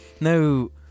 No